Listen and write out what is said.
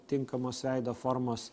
tinkamos veido formos